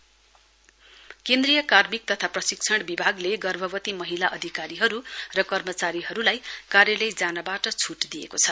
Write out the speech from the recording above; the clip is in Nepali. डीयोपीटी केन्द्रीय कार्मिक तथा प्रशिक्षण विभागले गर्भवती महिला अधिकारीहरू र कर्मचारीहरूलाई कार्यालय जानबाट छुट दिएको छ